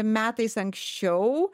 metais anksčiau